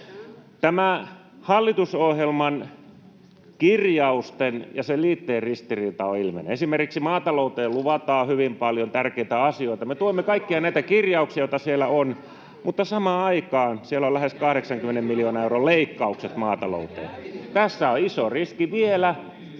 Tämä hallitusohjelman kirjausten ja sen liitteen ristiriita on ilmeinen. Esimerkiksi maatalouteen luvataan hyvin paljon tärkeitä asioita. [Oikealta: Eikö se ole hyvä asia?] Me tuemme kaikkia näitä kirjauksia, joita siellä on, mutta samaan aikaan siellä on lähes 80 miljoonan euron leikkaukset maatalouteen. Tässä on iso riski. Vielä